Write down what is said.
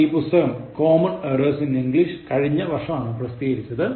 ഈ പുസ്തകം Common Errors in English കഴിഞ്ഞ വർഷമാണ് പ്രസിദ്ധികരിച്ചത്